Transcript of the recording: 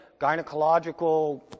gynecological